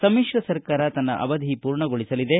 ಸಮಿತ್ರ ಸರ್ಕಾರ ತನ್ನ ಅವಧಿ ಪೂರ್ಣಗೊಳಿಸಲಿದೆ